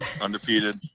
undefeated